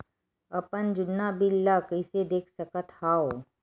अपन जुन्ना बिल ला कइसे देख सकत हाव?